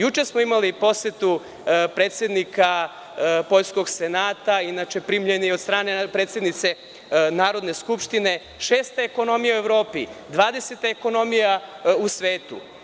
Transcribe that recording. Juče smo imali posetu predsednika poljskog Senata, primljen je i od strane predsednice Narodne skupštine, šesta ekonomija u Evropi, 20. ekonomija u svetu.